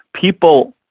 people